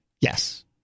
Yes